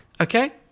Okay